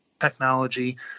technology